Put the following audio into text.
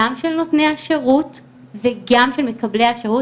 גם של נותני השירות וגם של מקבלי השירות,